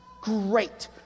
Great